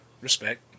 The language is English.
Respect